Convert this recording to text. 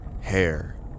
Hair